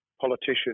politician